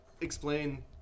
explain